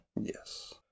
Yes